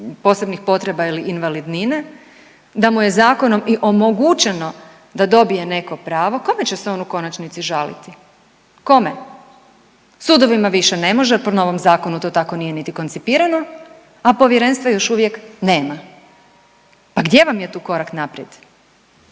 posebnih potreba ili invalidnine da mu je zakonom i omogućeno da dobije neko pravo. Kome će se on u konačnici žaliti? Kome? Sudovima više ne može. Po novom zakonu to tako nije niti koncipirano, a povjerenstva još uvijek nema. Pa gdje vam je tu korak naprijed?